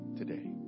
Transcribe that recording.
today